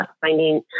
finding